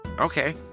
Okay